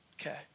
Okay